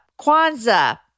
Kwanzaa